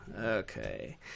Okay